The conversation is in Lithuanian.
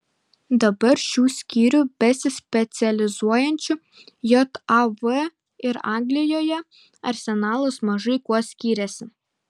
dabar šių skyrių besispecializuojančių jav ir anglijoje arsenalas mažai kuo skiriasi